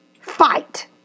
fight